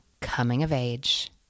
coming-of-age